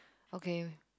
okay